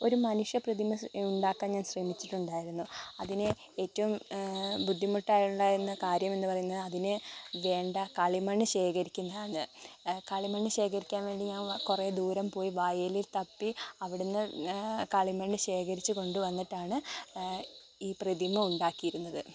ഒരു മനുഷ്യ പ്രതിമ ഉണ്ടാക്കാൻ ഞാൻ ശ്രമിച്ചിട്ടുണ്ടായിരുന്നു അതിന് ഏറ്റവും ബുദ്ധിമുട്ടായി ഉണ്ടായിരുന്ന കാര്യം എന്നു പറയുന്നത് അതിന് വേണ്ട കളിമണ്ണ് ശേഖരിക്കുന്ന ആണ് കളിമണ്ണ് ശേഖരിക്കാൻ വേണ്ടി ഞാൻ കുറെ ദൂരം പോയി വയലിൽ തപ്പി അവിടെനിന്ന് കളിമണ്ണ് ശേഖരിച്ചു കൊണ്ടുവന്നിട്ടാണ് ഈ പ്രതിമ ഉണ്ടാക്കിയിരുന്നത്